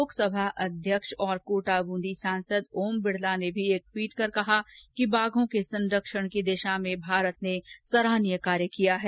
लोकसभा अध्यक्ष और कोटा बूंदी सांसद ओम बिरला ने भी एक टवीट कर कहा कि बाघों के संरक्षण की दिशा में भारत ने सराहनीय कार्य किया है